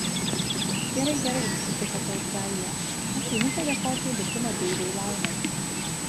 gerai gerai sutiko tautgailė aš einu padėkoti likimo deivei laimai